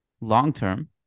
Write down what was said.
long-term